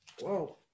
Whoa